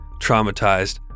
traumatized